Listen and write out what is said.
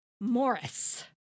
Morris